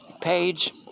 page